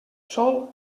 sol